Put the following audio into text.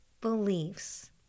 beliefs